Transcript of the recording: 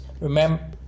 Remember